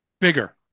bigger